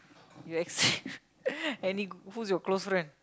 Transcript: you any who's your close friend